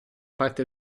parte